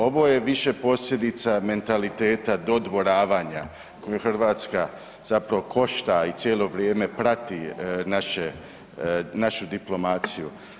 Ovo je više posljedica mentaliteta dodvoravanja koju Hrvatsku zapravo košta i cijelo vrijeme prati našu diplomaciju.